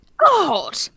God